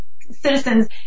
citizens